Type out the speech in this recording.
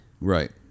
Right